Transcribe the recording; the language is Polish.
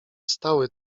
stały